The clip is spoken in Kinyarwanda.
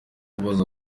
ubaza